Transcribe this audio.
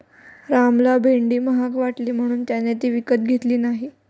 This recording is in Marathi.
रामला भेंडी महाग वाटली म्हणून त्याने ती विकत घेतली नाही